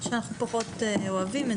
שאנחנו פחות אוהבים את זה.